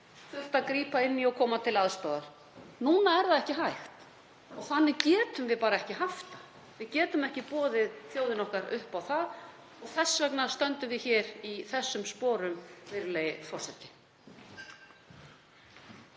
þurft að grípa inn í og koma til aðstoðar. Núna er það ekki hægt og þannig getum við bara ekki haft það. Við getum ekki boðið þjóðinni okkar upp á það. Þess vegna stöndum við í þessum sporum, virðulegi forseti.